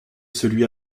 celui